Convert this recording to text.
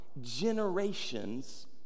generations